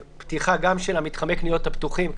פתיחה גם של מתחמי הקניות הפתוחים,